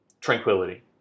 Tranquility